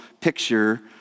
picture